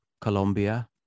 colombia